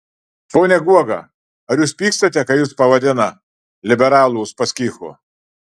pone guoga ar jūs pykstate kai jus pavadina liberalų uspaskichu